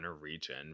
region